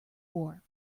war